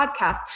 podcast